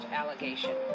allegation